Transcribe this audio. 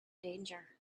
danger